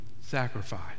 sacrifice